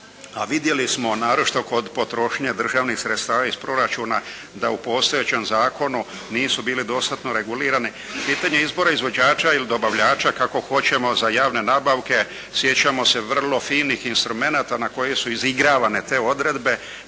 vidjeli smo, naročito kod potrošnje državnih sredstava iz proračuna da u postojećem zakonu nisu bili dostatno regulirani. Pitanje izbora izvođača ili dobavljača, kako hoćemo, za javne nabavke. Sjećamo se vrlo finih instrumenata na koje su izigravane te odredbe